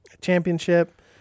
championship